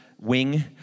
Wing